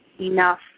enough